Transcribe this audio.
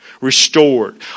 restored